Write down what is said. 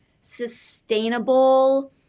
sustainable